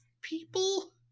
people